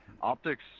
optics